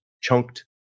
chunked